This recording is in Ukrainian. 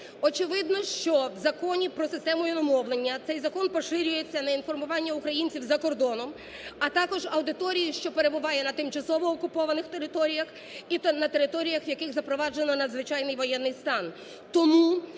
Очевидно, що в Законі про систему іномовлення цей закон поширюється на інформування українців за кордоном, а також аудиторію, що перебуває на тимчасово окупованих територіях і на територіях, яких запроваджено надзвичайний воєнний стан.